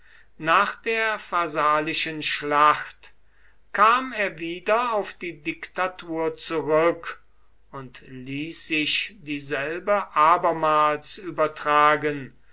nach der pharsalischen schlacht kam er wieder auf die diktatur zurück und ließ sich dieselbe abermals übertragen